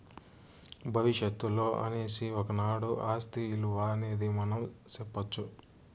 భవిష్యత్తులో అనేసి ఒకనాడు ఆస్తి ఇలువ అనేది మనం సెప్పొచ్చు